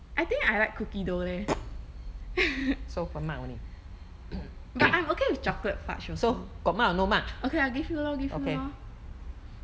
I think I like cookie dough leh but I'm okay with chocolate fudge also okay I give you lor give you lor